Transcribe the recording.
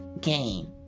game